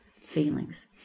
feelings